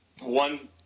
one